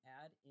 add